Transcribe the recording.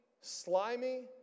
slimy